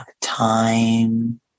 time